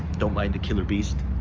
don't mind the killer beast.